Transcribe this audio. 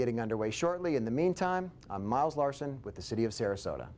getting under way shortly in the mean time miles larson with the city of sarasota